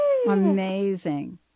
Amazing